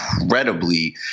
incredibly